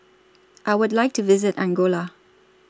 I Would like to visit Angola